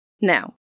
Now